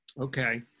Okay